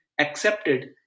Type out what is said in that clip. accepted